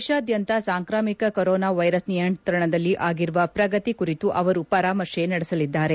ದೇಶಾದ್ಖಂತ ಸಾಂಕ್ರಾಮಿಕ coronavirus ನಿಯಂತ್ರಣದಲ್ಲಿ ಆಗಿರುವ ಪ್ರಗತಿ ಕುರಿತು ಅವರು ಪರಾಮರ್ಶೆ ನಡೆಸಲಿದ್ದಾರೆ